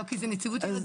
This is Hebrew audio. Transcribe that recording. לא, כי זה נציבות ילדים.